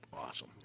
Awesome